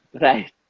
right